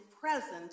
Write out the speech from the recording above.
present